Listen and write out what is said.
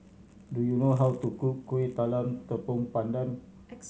do you know how to cook Kueh Talam Tepong Pandan